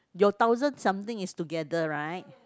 your thousand something is together right